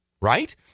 right